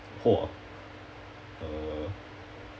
!wah! uh